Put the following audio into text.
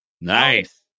Nice